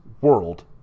World